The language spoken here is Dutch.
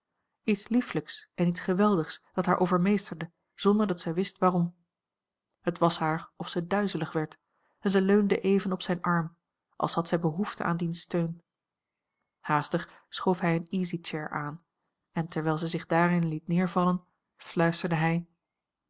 iets liefelijks en iets geweldigs dat haar overmeesterde zonder dat zij wist waarom het was haar of zij duizelig werd en zij leunde even op zijn arm als had zij behoefte aan dien steun haastig schoof hij een easy chair aan en terwijl zij zich daarin liet neervallen fluisterde hij